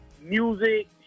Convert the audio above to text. music